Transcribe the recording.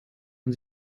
man